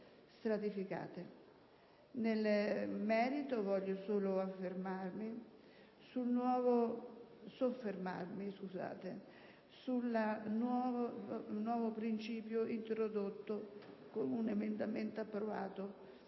Nel merito, voglio solo soffermarmi sul nuovo principio, introdotto con un emendamento approvato